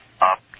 Up